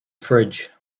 fridge